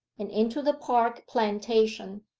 and into the park plantation,